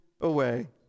away